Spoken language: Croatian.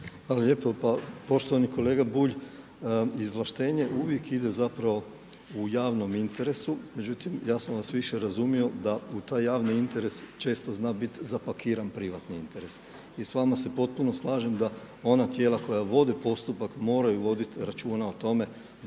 Hvala lijepo. Pa poštovani kolega Bulj, izvlaštenje uvijek ide zapravo u javnom interesu. Međutim ja sam vas više razumio da u taj javni interes često zna biti zapakiran privatni interes. I s vama se potpuno slažem da ona tijela koja vode postupak moraju voditi računa o tome